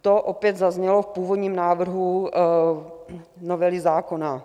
To opět zaznělo v původním návrhu novely zákona.